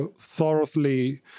thoroughly